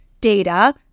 data